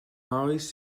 oes